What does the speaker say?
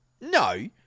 No